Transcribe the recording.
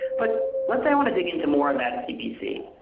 but let's say i want to dig into more of that cpc.